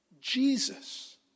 Jesus